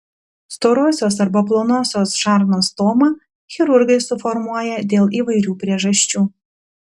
storosios arba plonosios žarnos stomą chirurgai suformuoja dėl įvairių priežasčių